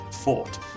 fought